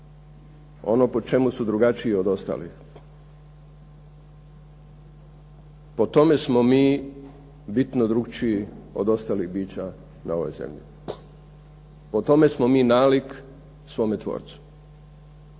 ono po čemu su drugačiji od ostalih, po tome smo mi bitno drukčiji od ostalih bića na ovoj zemlji. Po tome smo mi nalik svome tvorcu,